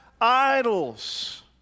idols